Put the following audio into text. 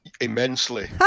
Immensely